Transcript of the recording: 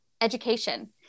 education